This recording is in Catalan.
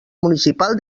municipal